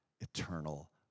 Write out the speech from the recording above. eternal